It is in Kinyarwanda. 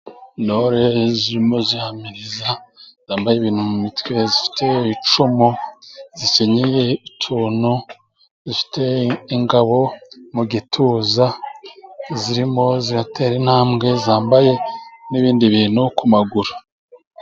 Intore zirimo zihamiriza, zambaye ibintu mu mitwe, zifite icumu, zikenyeye utuntu, zifite ingabo mu gituza, zirimo ziratera intambwe, zambaye n'ibindi bintu ku maguru.